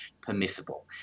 permissible